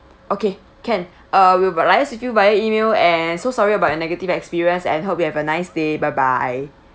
okay can uh will liaise with you via email and so sorry about your negative experience and hope you have a nice day bye bye